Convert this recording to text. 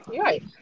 Right